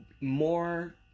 more